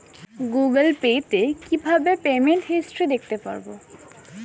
Google Pay তে কিভাবে payment history দেখতে পারবো?